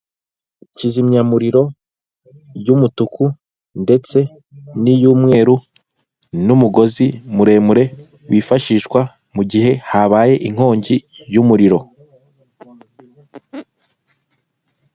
Kizimya muriro y'umutuku ndetse n'iy'umweru n'umugozi muremure wifashishwa mu gihe habaye inkongi y'umuriro.